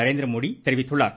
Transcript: நரேந்திரமோடி தெரிவித்துள்ளார்